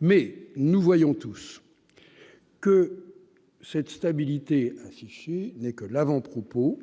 Mais nous voyons tous que cette stabilité n'est que l'avant- propos